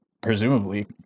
presumably